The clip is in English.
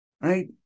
right